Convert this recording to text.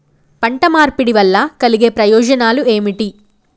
పంట మార్పిడి వల్ల కలిగే ప్రయోజనాలు ఏమిటి?